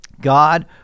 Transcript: God